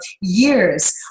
years